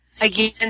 Again